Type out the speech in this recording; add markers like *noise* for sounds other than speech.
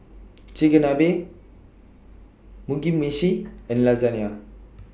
*noise* Chigenabe Mugi Meshi and Lasagna